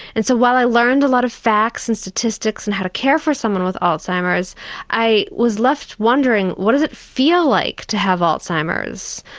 and so while i learned a lot of facts and statistics on and how to care for someone with alzheimer's i was left wondering what does it feel like to have alzheimer's,